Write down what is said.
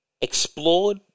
explored